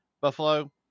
Buffalo